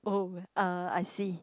oh uh I see